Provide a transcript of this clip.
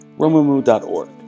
Romumu.org